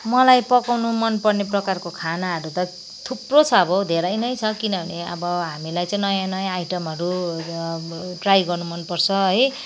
मलाई पकाउनु मन पर्ने प्रकारको खानाहरू त थुप्रो छ अब धेरै नै छ किनभने अब हामीलाई चाहिँ नयाँ नयाँ आइटमहरू ट्राई गर्न मन पर्छ है